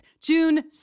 June